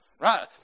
right